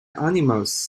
animals